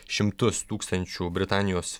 šimtus tūkstančių britanijos